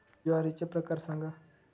ज्वारीचे प्रकार सांगा